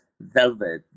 velvet